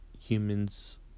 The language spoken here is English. humans